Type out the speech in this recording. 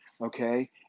okay